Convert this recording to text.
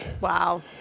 Wow